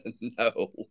No